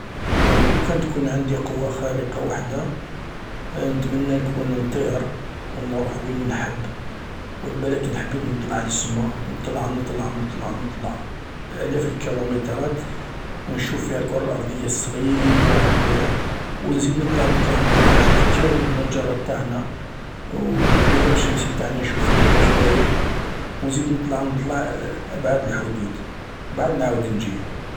لوكان تكون عندي قوة خارقة وحدة نتمنى نكون نطير و نروح وين نحب و بالاك حبيت نطلع للسما نطلع نطلع نطلع نطلع آلاف الكلومترات و نشوف فيها الكرة الارضية صغيييرة هكدايا و نزيد نطلع نطلع نطلع نشوف كامل المجرة تاعنا و النظام الشمسي تاعنا نشوفو كيفاش داير و نزيد نطلع نطلع ابعد الحدود و مبعد نعاود نجي